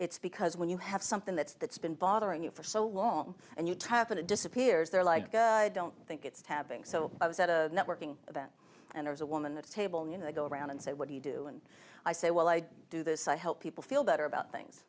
it's because when you have something that's that's been bothering you for so long and you top it disappears they're like i don't think it's having so i was at a networking event and there's a woman at a table and you know i go around and say what do you do and i say well i do this i help people feel better about things